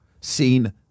seen